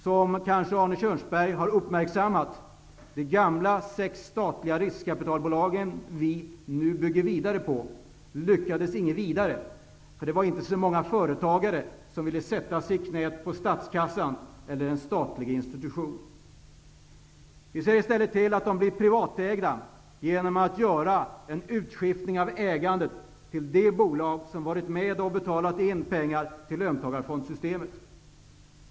Arne Kjörnsberg kanske har uppmärksammat att de sex gamla, statliga riskkapitalbolagen, som vi nu bygger vidare på, inte lyckades något vidare. Det var inte så många företagare som ville sätta sig i knä på statskassan eller en statlig institution. I stället ser vi till att riskkapitalbolagen blir privatägda, genom att göra en utskiftning av ägandet till de bolag som varit med och betalat in pengar till löntagarfondssystemet.